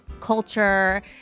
culture